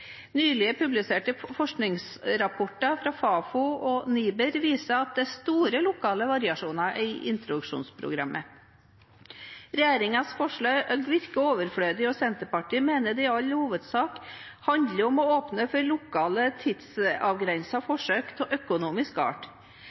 Nylig publiserte forskningsrapporter fra Fafo og NIBR viser at det er store lokale variasjoner i introduksjonsprogrammet. Regjeringens forslag virker overflødig, og Senterpartiet mener det i all hovedsak handler om å åpne for lokale tidsavgrensede forsøk av økonomisk art.